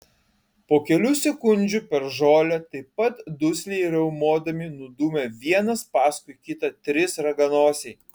po kelių sekundžių per žolę taip pat dusliai riaumodami nudūmė vienas paskui kitą trys raganosiai